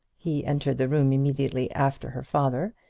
he entered the room immediately after her father,